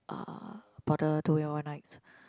uh border two day one nights